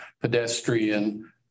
pedestrian